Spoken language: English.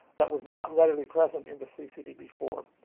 that was not readily present in the ccd before.